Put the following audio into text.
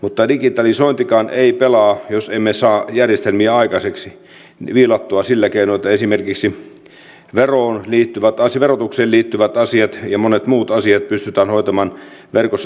mutta digitalisointikaan ei pelaa jos emme saa järjestelmiä aikaiseksi viilattua sillä keinoin että esimerkiksi verotukseen liittyvät asiat ja monet muut asiat pystytään hoitamaan verkossa